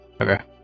Okay